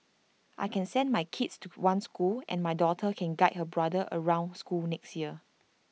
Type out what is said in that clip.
I can send my kids to one school and my daughter can guide her brother around school next year